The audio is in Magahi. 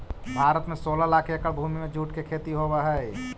भारत में सोलह लाख एकड़ भूमि में जूट के खेती होवऽ हइ